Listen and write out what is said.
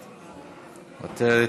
מוותרת.